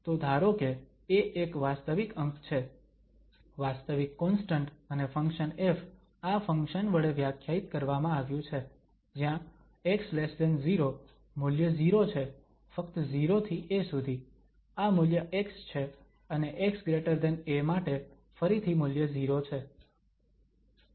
તો ધારો કે a એક વાસ્તવિક અંક છે વાસ્તવિક કોન્સ્ટંટ અને ફંક્શન ƒ આ ફંક્શન વડે વ્યાખ્યાયિત કરવામાં આવ્યું છે જ્યાં x0 મૂલ્ય 0 છે ફક્ત 0 થી a સુધી આ મૂલ્ય x છે અને xa માટે ફરીથી મૂલ્ય 0 છે